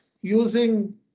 using